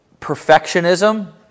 Perfectionism